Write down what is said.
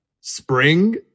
spring